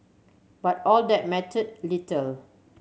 but all that mattered little